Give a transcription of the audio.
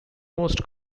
most